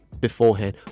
beforehand